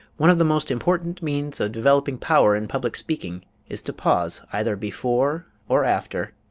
one of the most important means of developing power in public speaking is to pause either before or after,